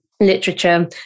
literature